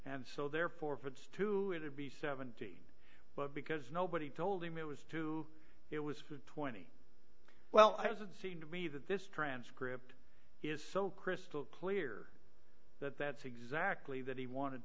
and so therefore for this to it would be seventeen but because nobody told him it was too it was twenty well as it seemed to me that this transcript is so crystal clear that that's exactly that he wanted